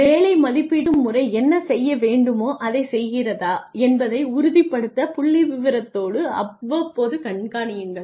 வேலை மதிப்பீட்டு முறை என்ன செய்ய வேண்டுமோ அதைச் செய்கிறதா என்பதை உறுதிப்படுத்தப் புள்ளிவிவரத்தோடு அவ்வப்போது கண்காணியுங்கள்